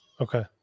Okay